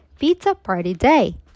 PizzaPartyDay